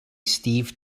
steve